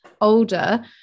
older